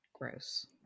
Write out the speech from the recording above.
Gross